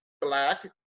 black